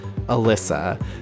Alyssa